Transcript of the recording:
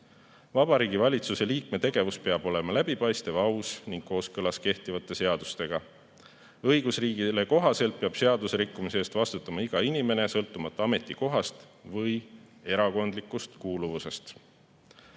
Vabariigi Valitsuse liikme tegevus peab olema läbipaistev ja aus ning kooskõlas kehtivate seadustega. Õigusriigile kohaselt peab seaduserikkumise eest vastutama iga inimene, sõltumata ametikohast või erakondlikust kuuluvusest. Kõrgema